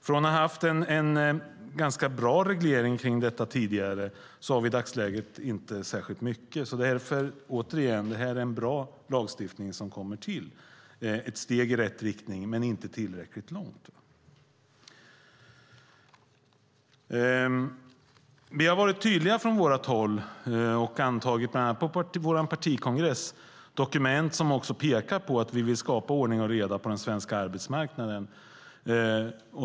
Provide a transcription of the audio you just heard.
Från att ha haft en ganska bra reglering av detta tidigare har vi inte särskilt mycket i dagsläget. Därför är det en bra lagstiftning som kommer nu. Det är ett steg i rätt riktning men inte tillräckligt långt. Vi har varit tydliga, och på vår partikongress har vi antagit dokument som pekar på att vi vill skapa ordning och reda på den svenska arbetsmarknaden.